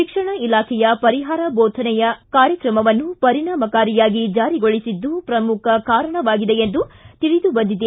ಶಿಕ್ಷಣ ಇಲಾಖೆಯ ಪರಿಹಾರ ಬೋಧನೆಯ ಕಾರ್ಯಕ್ರಮವನ್ನು ಪರಿಣಾಮಕಾರಿಯಾಗಿ ಜಾರಿಗೊಳಿಸಿದ್ದು ಪ್ರಮುಖ ಕಾರಣವಾಗಿದೆ ಎಂದು ತಿಳಿದುಬಂದಿದೆ